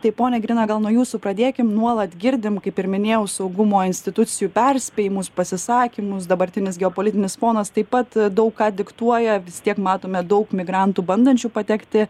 tai pone grina gal nuo jūsų pradėkim nuolat girdim kaip ir minėjau saugumo institucijų perspėjimus pasisakymus dabartinis geopolitinis fonas taip pat daug ką diktuoja vis tiek matome daug migrantų bandančių patekti